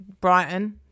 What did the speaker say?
Brighton